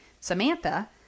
Samantha